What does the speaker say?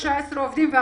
העובדים?